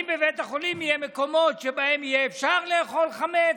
אם בבית החולים יהיו מקומות שבהם יהיה אפשר לאכול חמץ,